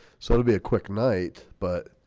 so it'll be a quick night, but